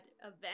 event